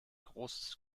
großes